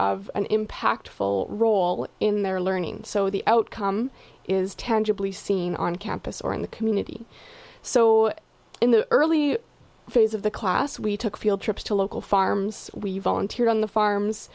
of an impactful role in their learning so the outcome is tangibly seen on campus or in the community so in the early phase of the class we took field trips to local farms we volunteered on the farms